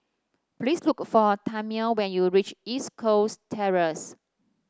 please look for Tammie when you reach East Coast Terrace